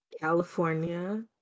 california